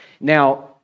Now